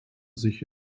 sich